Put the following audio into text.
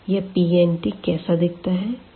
यह Pn कैसा दिखता है